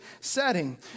setting